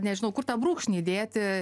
nežinau kur tą brūkšnį dėti